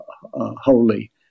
holy